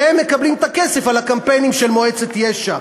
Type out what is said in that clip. שהם מקבלים את הכסף על הקמפיינים של מועצת יש"ע.